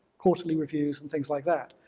quarterly reviews and things like that.